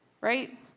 right